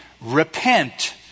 Repent